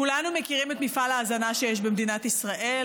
כולנו מכירים את מפעל ההזנה שיש במדינת ישראל,